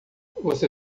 você